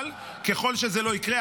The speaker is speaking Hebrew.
אבל ככל שזה לא יקרה,